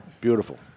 Beautiful